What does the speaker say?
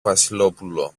βασιλόπουλο